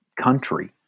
country